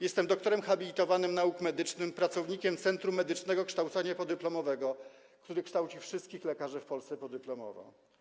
Jestem doktorem habilitowanym nauk medycznym, pracownikiem Centrum Medycznego Kształcenia Podyplomowego, które kształci wszystkich lekarzy w Polsce podyplomowo.